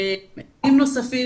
עדים נוספים,